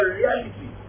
reality